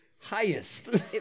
highest